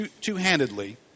two-handedly